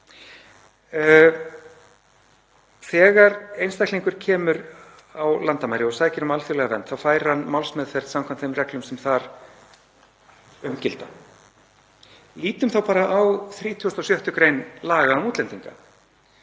Þegar einstaklingur kemur að landamærum og sækir um alþjóðlega vernd þá fær hann málsmeðferð samkvæmt þeim reglum sem þar um gilda. Lítum á 36. gr. laga um útlendinga